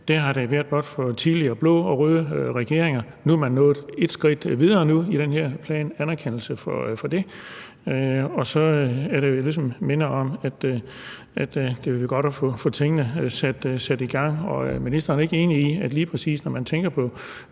blå regeringer og tidligere røde regeringer. Nu er man nået et skridt videre i den her plan, og anerkendelse for det, og så er det jo, at jeg ligesom minder om, at det ville være godt at få tingene sat i gang. Er ministeren ikke enig i, at lige præcis når man tænker på